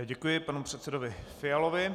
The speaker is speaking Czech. Děkuji panu předsedovi Fialovi.